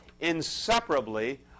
inseparably